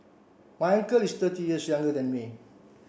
my uncle is thirty years younger than me